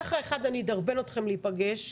ככה אני אדרבן אתכם להיפגש.